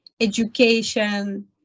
education